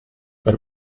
per